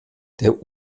der